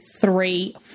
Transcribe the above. three